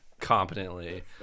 competently